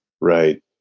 right